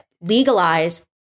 legalize